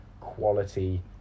quality